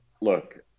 look